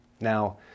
Now